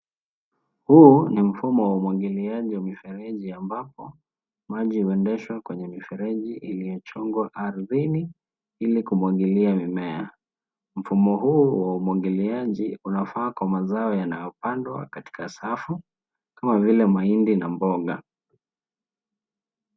Huu ni mfumo wa umwagiliaji wa mifereji ambapo, maji huendeshwa kwenye mifereji iliyochongwa ardhini, ili kumwagilia mimea. Mfumo huu wa umwagiliaji unafaa kwa mazao yanayopandwa katika safu, kama vile mahindi na mboga.